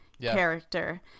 character